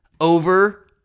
over